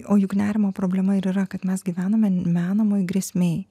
o juk nerimo problema ir yra kad mes gyvename menamoj grėsmėj